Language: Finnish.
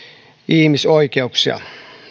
ihmisoikeuksia